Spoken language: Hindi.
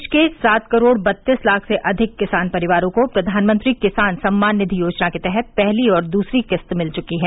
देश के सात करोड़ बत्तीस लाख से अधिक किसान परिवारों को प्रधानमंत्री किसान सम्मान निधि योजना के तहत पहली और दूसरी किस्त मिल चुकी है